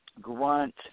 grunt